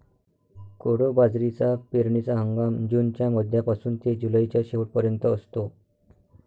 कोडो बाजरीचा पेरणीचा हंगाम जूनच्या मध्यापासून ते जुलैच्या शेवट पर्यंत असतो